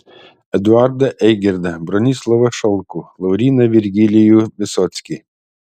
eduardą eigirdą bronislovą šalkų lauryną virgilijų visockį